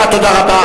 תודה רבה.